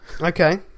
okay